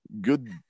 good